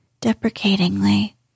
deprecatingly